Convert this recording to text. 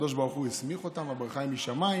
הקדוש ברוך הוא הסמיך אותם והברכה היא משמיים.